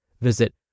Visit